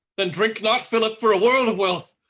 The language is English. then drink not philip for a world of wealth.